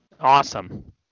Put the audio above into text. Awesome